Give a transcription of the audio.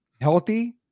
healthy